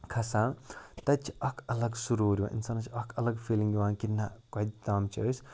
کھسان تَتہِ چھِ اَکھ اَلگ سُروٗر یِوان اِنسانَس چھِ اَکھ اَلگ فیٖلِنٛگ یِوان کہِ نَہ کَتہِ تام چھِ أسۍ